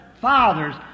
fathers